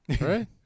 right